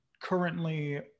currently